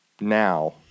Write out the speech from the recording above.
now